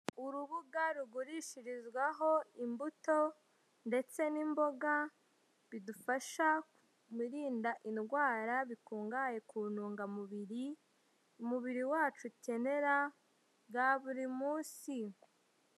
Urubuga rugurishirizwaho imbuto ndetse n'imboga bidufasha mu birinda indwara, bikungahaye ku ntungamubiri umubiri wacu ukenera bwa buri munsi.